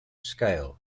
scale